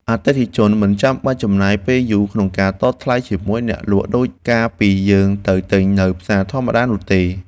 អតិថិជនមិនចាំបាច់ចំណាយពេលយូរក្នុងការតថ្លៃជាមួយអ្នកលក់ដូចកាលពីយើងទៅទិញនៅផ្សារធម្មតានោះទេ។